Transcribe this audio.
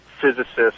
physicists